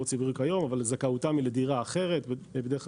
הציבורי כיום אבל זכאותם היא לדירה אחרת בדרך כלל